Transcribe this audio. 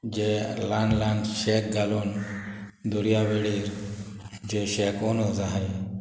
जे ल्हान ल्हान शेक घालून दोर्यावेळेर जे शेक ओनर्स आहाय